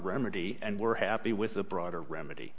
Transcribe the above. remedy and we're happy with the broader remedy